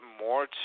more